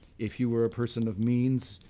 if you were a person of means,